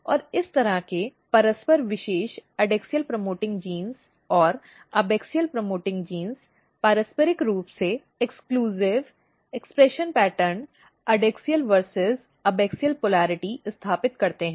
और इस तरह के परस्पर विशेष एडैक्सियल प्रमोटिंग जीन और एबाक्सिअल प्रमोटिंग जीन पारस्परिक रूप से एक्सक्लूसिव एक्सप्रेशन पैटर्न एडैक्सियल बनाम एबाक्सिअल पोलरिटी स्थापित करते हैं